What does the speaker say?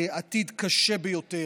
לעתיד קשה ביותר.